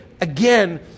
again